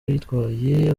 uyitwaye